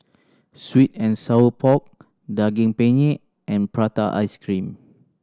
sweet and sour pork Daging Penyet and prata ice cream